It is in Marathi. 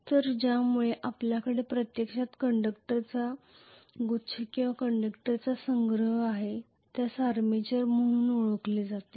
तर ज्यामुळे आपल्याकडे प्रत्यक्षात कंडक्टरचा गुच्छ किंवा कंडक्टरचा संग्रह आहे ज्यास आर्मेचर म्हणून ओळखले जाते